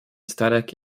static